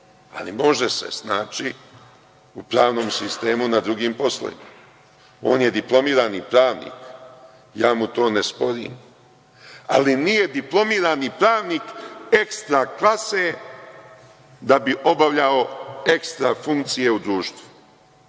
ali može se snaći u pravnom sistemu na drugim poslovima. On je diplomirani pravnik, ja mu to ne sporim, ali nije diplomirani pravnik ekstra klase da bi obavljao ekstra funkcije u društvu.